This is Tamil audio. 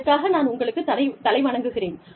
அதற்காக நான் உங்களுக்கு தலை வணங்குகிறேன்